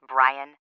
Brian